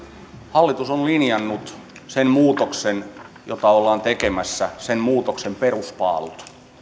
hallitus on linjannut sen muutoksen jota ollaan tekemässä sen muutoksen peruspaalut